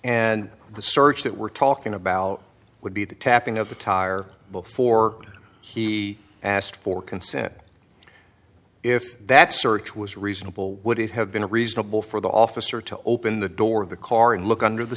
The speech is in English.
and the search that we're talking about would be the tapping of the tire before he asked for consent if that search was reasonable would it have been a reasonable for the officer to open the door of the car and look under the